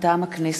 מטעם הכנסת: